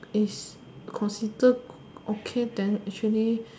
is consider okay then actually